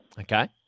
Okay